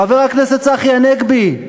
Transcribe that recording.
חבר הכנסת צחי הנגבי,